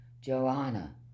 Joanna